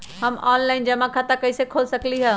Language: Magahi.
हम ऑनलाइन जमा खाता कईसे खोल सकली ह?